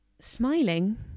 Smiling